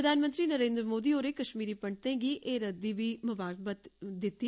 प्रधानमंत्री नरेन्द्र मोदी होरें कश्मीरी पंडतें गी हेरथ दी बी मुबारकबाद दित्ती